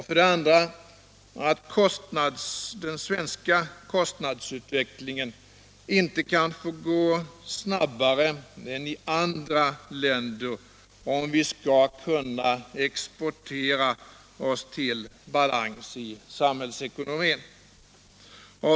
För det andra kan inte den svenska kostnadsutvecklingen få gå snabbare än i andra länder, om vi skall kunna exportera oss till balans i samhällsekonomin.